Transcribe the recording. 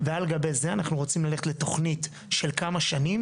על גבי זה אנחנו רוצים ללכת לתוכנית של כמה שנים